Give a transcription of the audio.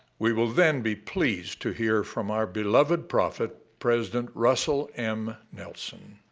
we will then be pleased to hear from our beloved prophet, president russell m. nelson.